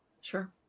sure